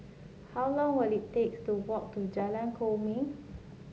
how long will it takes to walk to Jalan Kwok Min